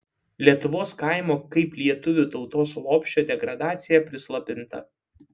lietuvos kaimo kaip lietuvių tautos lopšio degradacija prislopinta